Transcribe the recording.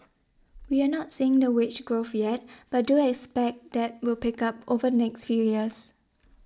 we're not seeing the wage growth yet but do expect that will pick up over next few years